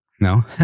No